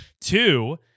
Two